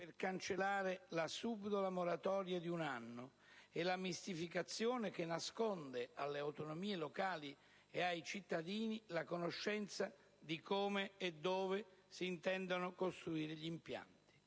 per cancellare la subdola moratoria di un anno e la mistificazione che nasconde alle autonomie locali e ai cittadini la conoscenza di come e dove si intendano costruire gli impianti.